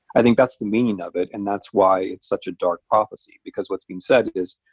i think that's the meaning of it and that's why it's such a dark prophecy. because what's being said is,